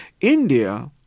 India